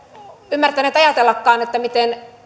ymmärtäneet ajatellakaan miten